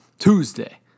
Tuesday